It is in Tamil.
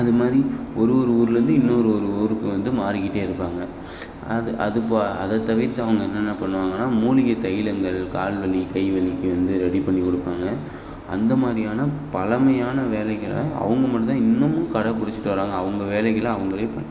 அது மாதிரி ஒரு ஒரு ஊர்லேருந்து இன்னொரு ஒரு ஊருக்கு வந்து மாறிக்கிட்டே இருப்பாங்க அது அதுப்போ அதைத் தவிர்த்து அவங்க என்னென்ன பண்ணுவாங்கன்னால் மூலிகைத் தைலங்கள் கால் வலி கை வலிக்கு வந்து ரெடி பண்ணிக் கொடுப்பாங்க அந்த மாதிரியான பழமையான வேலைகளை அவங்க மட்டும்தான் இன்னமும் கடைபிடிச்சுட்டு வராங்க அவங்க வேலைகளை அவங்களே பண்